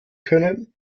können